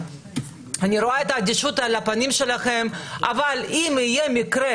אני רואה את האדישות על הפנים שלכם אבל אם יהיה מקרה